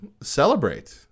celebrate